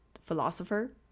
philosopher